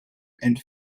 and